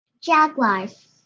Jaguars